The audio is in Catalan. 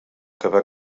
acabà